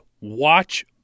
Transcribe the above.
watch